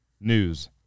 news